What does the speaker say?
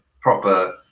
proper